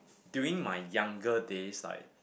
during my younger days like